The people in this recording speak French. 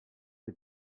des